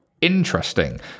Interesting